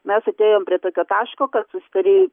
mes atėjom prie tokio taško kad susitarėjai